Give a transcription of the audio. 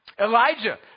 Elijah